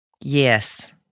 Yes